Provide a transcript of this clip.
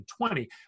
2020